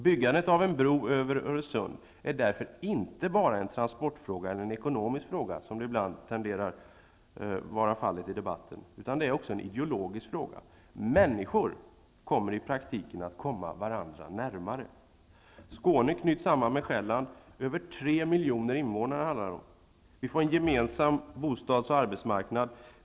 Byggandet av en bro över Öresund är inte enbart en transportfråga eller en ekonomisk fråga, vilket ibland tenderar att vara fallet i debatten, utan det är också en ideologisk fråga. Människor kommer i praktiken att komma varandra närmare. Skåne knyts samman med Själland. Det är fråga om över 3 miljoner invånare. Vi får en gemensam bostads och arbetsmarknad.